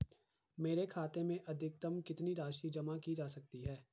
मेरे खाते में अधिकतम कितनी राशि जमा की जा सकती है?